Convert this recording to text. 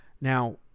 Now